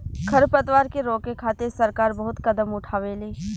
खर पतवार के रोके खातिर सरकार बहुत कदम उठावेले